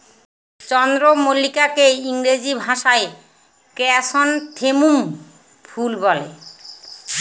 চন্দ্রমল্লিকাকে ইংরেজি ভাষায় ক্র্যাসনথেমুম ফুল বলে